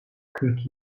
kırk